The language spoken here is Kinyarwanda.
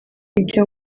ibyo